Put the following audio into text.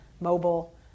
mobile